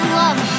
love